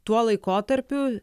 tuo laikotarpiu